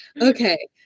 Okay